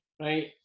right